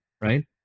right